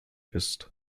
ist